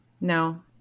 No